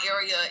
area